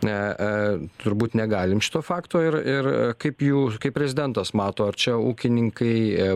na turbūt negalim šito fakto ir ir kaip jūs kaip prezidentas mato ar čia ūkininkai